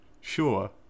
sure